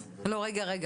לא, רגע.